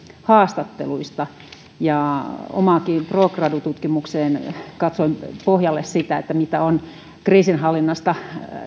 haastatteluista omaankin pro gradu tutkimukseeni katsoin pohjalle sitä mitä on kriisinhallinnasta